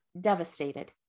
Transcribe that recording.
devastated